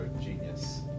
genius